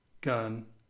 gun